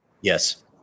Yes